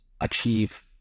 achieve